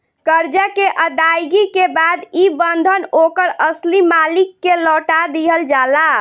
करजा के अदायगी के बाद ई बंधन ओकर असली मालिक के लौटा दिहल जाला